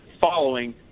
following